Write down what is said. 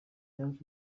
yaje